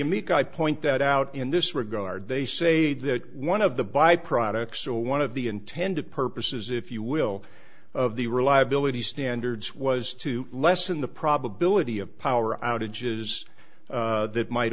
i point that out in this regard they say that one of the by products or one of the intended purposes if you will of the reliability standards was to lessen the probability of power outages that might